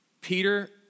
Peter